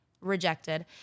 rejected